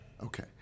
Okay